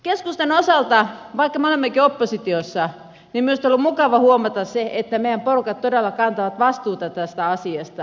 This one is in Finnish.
keskustan osalta vaikka me olemmekin oppositiossa minusta on ollut mukava huomata se että meidän porukkamme todella kantavat vastuuta tästä asiasta